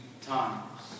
times